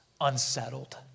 unsettled